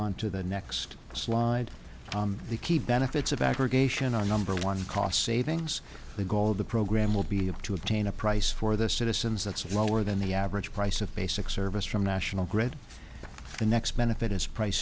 on to the next slide the key benefits of aggregation are number one cost savings the goal of the program will be able to attain a price for the citizens that's lower than the average price of basic service from national grid the next benefit is price